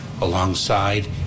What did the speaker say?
alongside